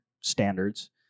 standards